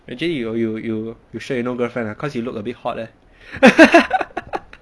actually you you you you you sure you no girlfriend ah because you look a bit hot leh